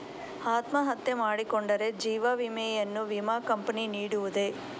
ಅತ್ಮಹತ್ಯೆ ಮಾಡಿಕೊಂಡರೆ ಜೀವ ವಿಮೆಯನ್ನು ವಿಮಾ ಕಂಪನಿ ನೀಡುವುದೇ?